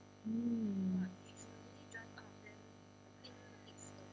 mm